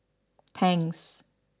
Tangs